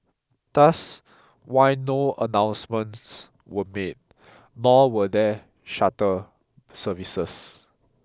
thus why no announcements were made nor were there shutter services